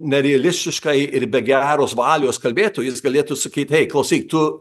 nerealistiškai ir be geros valios kalbėtų jis galėtų skyt ei klausyk tu